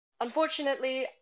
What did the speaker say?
Unfortunately